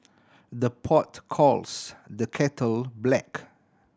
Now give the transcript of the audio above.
the pot calls the kettle black